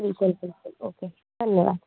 बिल्कुल बिल्कुल ओके धन्यवाद